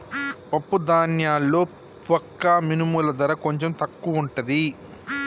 పప్పు ధాన్యాల్లో వక్క మినుముల ధర కొంచెం తక్కువుంటది